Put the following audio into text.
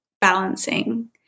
balancing